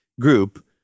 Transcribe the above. group